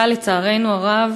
אבל, לצערנו הרב,